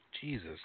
Jesus